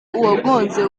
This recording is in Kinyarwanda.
uwagonze